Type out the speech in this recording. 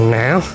now